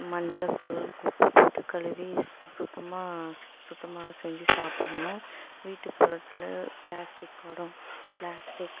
மஞ்சள்தூள் உப்பு போட்டு கழுவி சு சுத்தமாக சுத்தமாக செஞ்சு சாப்பிடணும் வீட்டுப்புறத்தில் பிளாஸ்டிக் குடம் பிளாஸ்டிக்